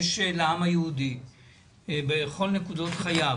יש לעם היהודי בכל נקודות חייו,